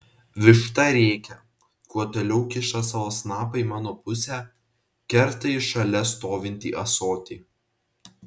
višta rėkia kuo toliau kiša savo snapą į mano pusę kerta į šalia stovintį ąsotį